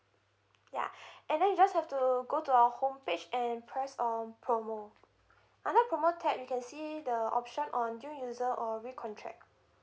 ya and then you just have to go to our home page and press on promo under promo tag you can see the option on new user or re-contract